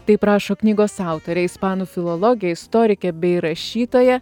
taip rašo knygos autorė ispanų filologė istorikė bei rašytoja